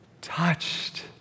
touched